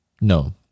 No